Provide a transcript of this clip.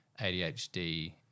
ADHD